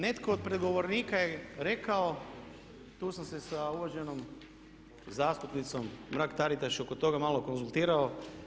Netko od predgovornika je rekao, tu sam se sa uvaženom zastupnicom Mrak Taritaš i oko toga malo konzultirao.